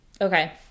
Okay